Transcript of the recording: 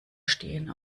stehen